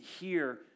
hear